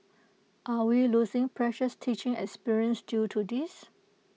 are we losing precious teaching experience due to this